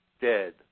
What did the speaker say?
dead